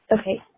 Okay